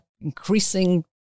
increasing